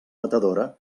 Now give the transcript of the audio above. batedora